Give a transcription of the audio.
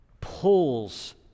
pulls